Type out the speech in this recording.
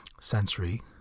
Sensory